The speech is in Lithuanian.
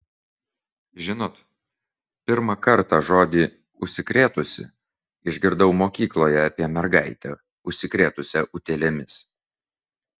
žinot pirmą kartą žodį užsikrėtusi išgirdau mokykloje apie mergaitę užsikrėtusią utėlėmis